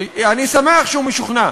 אני שמח שהוא משוכנע.